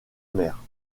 mère